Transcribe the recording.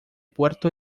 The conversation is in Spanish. puerto